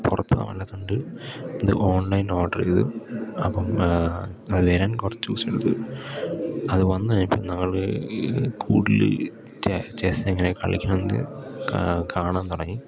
പുറത്ത് പോവാൻ പാടില്ലാത്തത് കൊണ്ട് ഇത് ഓൺലൈൻ ഓർഡറ് ചെയ്ത് അപ്പം അത് വരാൻ കുറച്ച് ദിവസം എടുക്കും അത് വന്ന് കഴിഞ്ഞപ്പം ഞങ്ങൾ കൂടുതൽ ചെസ് എങ്ങനെ കളിക്കണം എന്ന് കാണാൻ തുടങ്ങി